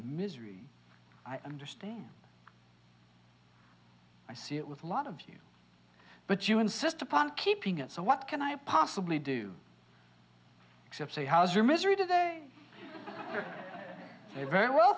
misery i understand i see it with a lot of you but you insist upon keeping it so what can i possibly do except say how's your misery today very well